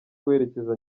guherekeza